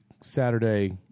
Saturday